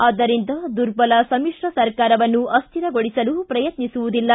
ಆದ್ದರಿಂದ ದುರ್ಬಲ ಸಮಿಕ್ರ ಸರ್ಕಾರವನ್ನು ಅಸ್ಕಿರಗೊಳಿಸಲು ಪ್ರಯತ್ನಿಸುವುದಿಲ್ಲ